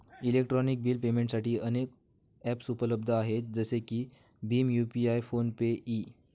electronic bill पेमेंटसाठी अनेक ॲप्सउपलब्ध आहेत जसे की भीम यू.पि.आय फोन पे इ